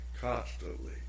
constantly